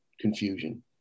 confusion